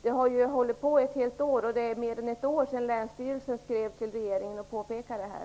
Det här har ju hållit på mer än ett år, och det är ju mer än ett år sedan länsstyrelsen skrev till regeringen och påpekade det här.